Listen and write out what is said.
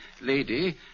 lady